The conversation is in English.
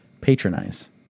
patronize